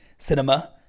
Cinema